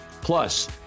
Plus